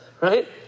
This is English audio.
Right